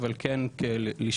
אבל כן לשמוע,